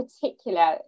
particular